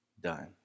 done